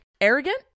arrogant